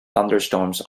thunderstorms